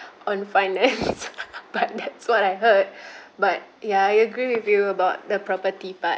on finance part that's what I heard but ya I agree with you about the property part